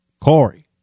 Corey